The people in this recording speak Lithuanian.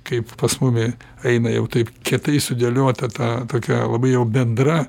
kaip pas mumi eina jau taip kietai sudėliota ta tokia labai jau bendra